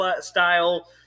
style